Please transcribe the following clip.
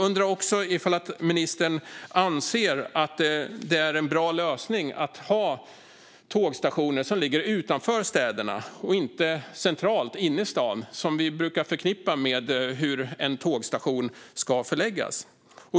Anser ministern att det är en bra lösning att lägga tågstationer utanför städerna och inte centralt inne i staden, där vi annars är vana vid att tågstationer förläggs?